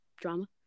drama